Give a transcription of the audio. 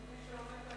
נחכה שהוא יגיע.